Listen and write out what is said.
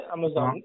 Amazon